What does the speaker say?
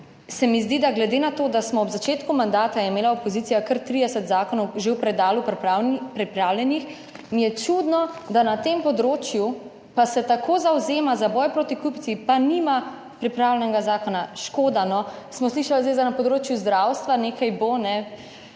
se mi zdi, da glede na to, da smo ob začetku mandata je imela opozicija kar 30 zakonov že v predalu pripravljenih, mi je čudno, da na tem področju pa se tako zavzema za boj proti korupciji, pa nima pripravljenega zakona. Škoda no. Smo slišali zdaj za, na področju zdravstva nekaj bo,